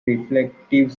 reflective